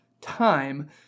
time